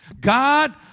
God